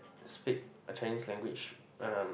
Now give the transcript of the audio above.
speak Chinese language um